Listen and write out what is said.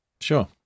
Sure